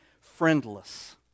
friendless